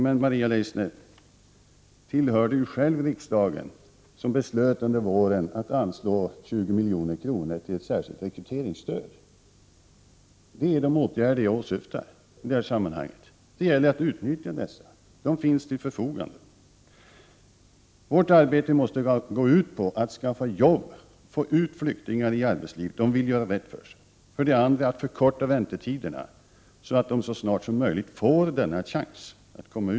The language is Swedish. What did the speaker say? Men Maria Leissner tillhör ju själv den riksdag som under våren beslöt att anslå 20 milj.kr. till ett särskilt rekryteringsstöd. Det är dessa åtgärder jag åsyftar i sammanhanget. Det gäller att utnyttja de möjligheter som står till förfogande. Vårt arbete måste gå ut på att skaffa jobb åt och få ut flyktingar i arbetslivet — de vill göra rätt för sig — och vidare att förkorta väntetiderna så att de så snart som möjligt får denna chans.